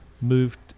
moved